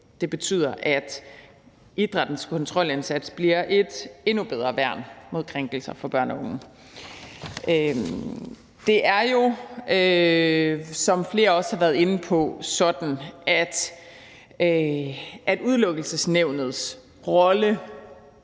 Det betyder, at idrættens kontrolindsats bliver et endnu bedre værn mod krænkelser af børn eller unge. Det er jo sådan, som flere også har været inde på, at Udelukkelsesnævnets rolle